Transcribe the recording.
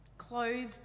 Clothed